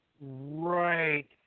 Right